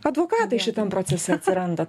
advokatai šitam procese atsiranda